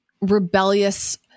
rebellious